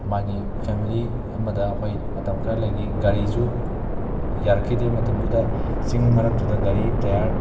ꯃꯥꯒꯤ ꯐꯦꯝꯂꯤ ꯑꯃꯗ ꯑꯩꯈꯣꯏ ꯃꯇꯝ ꯈꯔ ꯂꯩꯈꯤ ꯒꯥꯔꯤꯁꯨ ꯌꯥꯔꯛꯈꯤꯗꯦ ꯃꯇꯝꯗꯨꯗ ꯆꯤꯡ ꯃꯔꯛꯇꯨꯗ ꯒꯥꯔꯤ ꯇꯌꯥꯔ